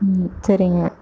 ம் சரிங்க